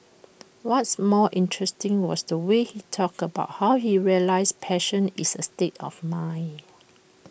what's more interesting was the way he talked about how he realised passion is A state of mind